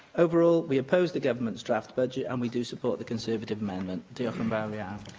overall, we oppose the government's draft budget and we do support the conservative amendment. diolch um but um yeah